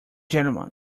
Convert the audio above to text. gentlemen